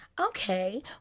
Okay